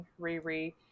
riri